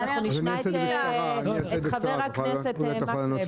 בבקשה, חבר הכנסת אורי מקלב.